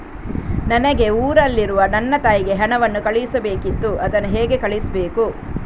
ನನಗೆ ಊರಲ್ಲಿರುವ ನನ್ನ ತಾಯಿಗೆ ಹಣವನ್ನು ಕಳಿಸ್ಬೇಕಿತ್ತು, ಅದನ್ನು ಹೇಗೆ ಕಳಿಸ್ಬೇಕು?